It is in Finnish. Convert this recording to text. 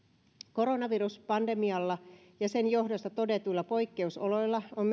koronaviruspandemialla ja sen johdosta todetuilla poikkeusoloilla on